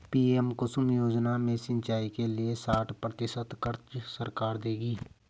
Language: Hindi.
पी.एम कुसुम योजना में सिंचाई के लिए साठ प्रतिशत क़र्ज़ सरकार देगी